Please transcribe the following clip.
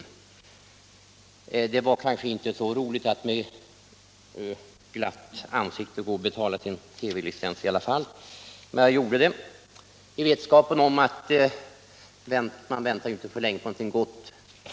Det var kanske inte så lätt att med glatt ansikte betala sin TV-licens, men jag gjorde det i vetskapen att man inte väntar för länge på något gott.